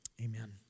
Amen